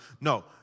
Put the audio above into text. No